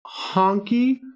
Honky